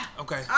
Okay